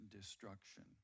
destruction